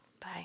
Bye